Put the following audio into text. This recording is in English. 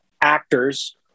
actors